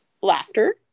laughter